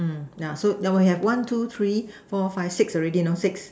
now show double hand one two three four five six already now six